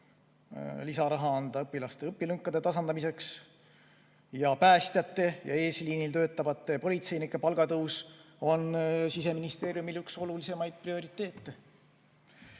lisaraha õpilaste õpilünkade tasandamiseks. Päästjate ja eesliinil töötavate politseinike palga tõus on Siseministeeriumi üks olulisemaid prioriteete.